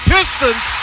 Pistons